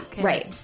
right